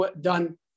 done